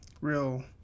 real